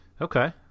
Okay